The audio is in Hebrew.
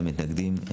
מי נמנע?